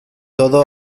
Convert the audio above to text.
todo